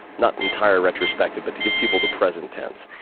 not entire retrospective, but to give people the present tense.